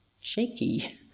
shaky